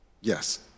Yes